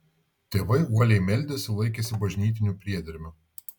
tėvai uoliai meldėsi laikėsi bažnytinių priedermių